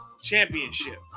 championship